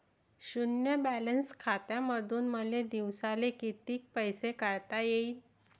शुन्य बॅलन्स खात्यामंधून मले दिवसाले कितीक पैसे काढता येईन?